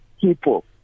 people